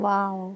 Wow